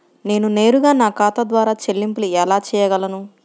నేను నేరుగా నా ఖాతా ద్వారా చెల్లింపులు ఎలా చేయగలను?